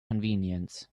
convenience